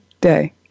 day